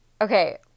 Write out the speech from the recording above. okay